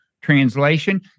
translation